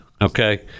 Okay